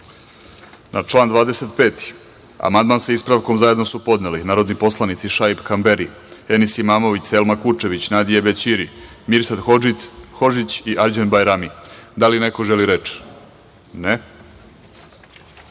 član 25. amandman, sa ispravkom, zajedno su podneli narodni poslanici Šaip Kamberi, Enis Imamović, Selma Kučević, Nadije Bećiri, Mirsad Hodžić i Arđend Bajrami. Da li neko želi reč?